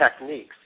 techniques